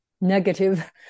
negative